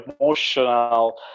emotional